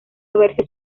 haberse